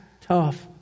tough